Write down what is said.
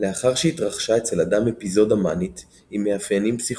לאחר שהתרחשה אצל אדם אפיזודה מאנית עם מאפיינים פסיכוטיים,